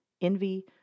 Envy